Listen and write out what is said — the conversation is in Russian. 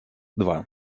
два